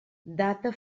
data